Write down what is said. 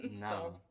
No